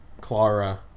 Clara